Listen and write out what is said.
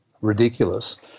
ridiculous